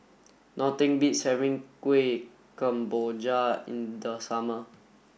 nothing beats having Kuih Kemboja in the summer